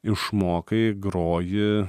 išmokai groji